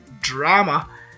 drama